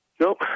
Nope